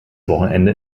wochenende